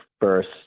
first